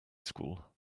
school